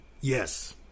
Yes